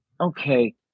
okay